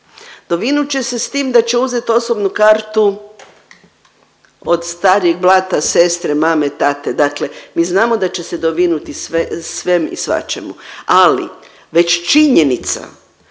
Dovinut će se s tim da će uzet osobnu kartu od starijeg brata, sestre, mame, tate, dakle mi znamo da će se dovinuti svem i svačemu ali već činjenica